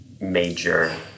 major